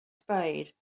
spade